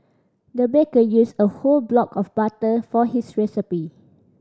the baker used a whole block of butter for this recipe